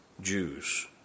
Jews